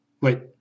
Wait